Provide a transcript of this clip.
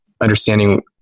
understanding